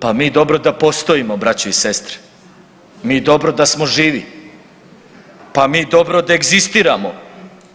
Pa mi dobro da postojimo braćo i sestre, mi dobro da smo živi, pa mi dobro da egzistiramo,